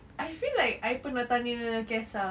I feel like I pernah tanya kaysa